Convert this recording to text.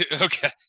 Okay